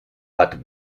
bat